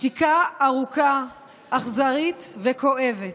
שתיקה ארוכה, אכזרית וכואבת,